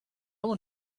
want